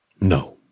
No